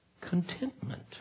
contentment